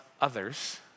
others